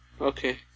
Okay